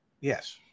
Yes